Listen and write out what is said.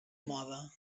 moda